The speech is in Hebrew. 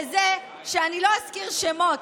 ואני לא אזכיר שמות,